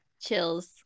Chills